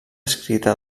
escrita